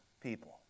people